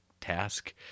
task